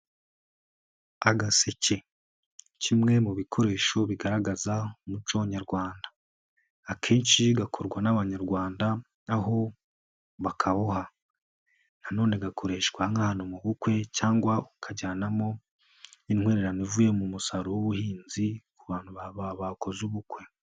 Agaseke kimwe mu bikoresho bigaragaza umuco nyarwanda, akenshi gakorwa n'Abanyarwanda aho bakaboha, nanone gakoreshwa nk'ahantu mu bukwe cyangwa ukajyanamo intwererane ivuye mu musaruro w'ubuhinzi ku bantu bakoze ubukwe.